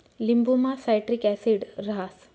लिंबुमा citric acid रहास